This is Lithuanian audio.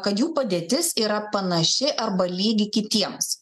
kad jų padėtis yra panaši arba lygi kitiems